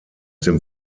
dem